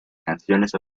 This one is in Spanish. canciones